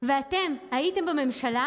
ואתם הייתם בממשלה,